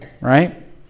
right